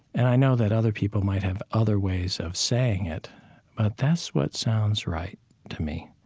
and i know that other people might have other ways of saying it, but that's what sounds right to me.